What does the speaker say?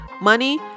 Money